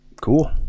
Cool